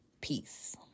Peace